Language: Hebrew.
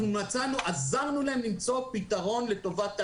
עזרנו לו למצוא פתרון לטובת העניין.